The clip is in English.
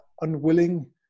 unwilling